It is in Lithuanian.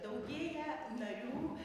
daugėja narių